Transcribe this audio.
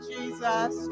Jesus